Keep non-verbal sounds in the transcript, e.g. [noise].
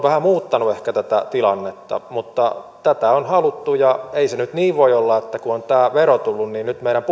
[unintelligible] vähän muuttanut tätä tilannetta mutta tätä on haluttu ja ei se nyt niin voi olla että kun on tämä vero tullut niin nyt meidän [unintelligible]